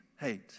hate